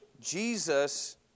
Jesus